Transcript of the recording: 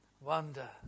wonder